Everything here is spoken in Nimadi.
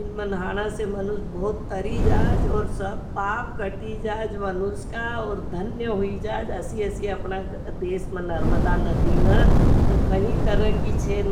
इन में नहाना से मनुझ बहुत तरी जाज। और सब पाप कटी जाज, मनुझ का, और धन्य होई जैसी अपना देश में नर्मदा नदीन कही तरकी चे।